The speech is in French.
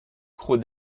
cros